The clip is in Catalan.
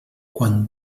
quan